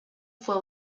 fue